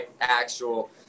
actual